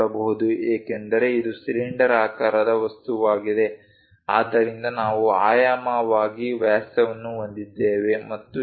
ಏಕೆಂದರೆ ಇದು ಸಿಲಿಂಡರಾಕಾರದ ವಸ್ತುವಾಗಿದೆ ಆದ್ದರಿಂದ ನಾವು ಆಯಾಮವಾಗಿ ವ್ಯಾಸವನ್ನು ಹೊಂದಿದ್ದೇವೆ ಮತ್ತು ಇತ್ಯಾದಿ